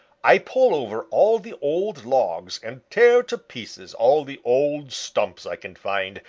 i pull over all the old logs and tear to pieces all the old stumps i can find,